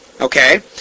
Okay